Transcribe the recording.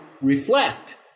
reflect